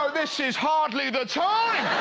ah this is hardly the time!